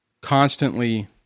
constantly